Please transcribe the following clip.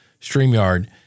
StreamYard